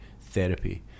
therapy